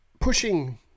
Pushing